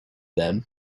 them